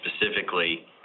specifically